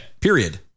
Period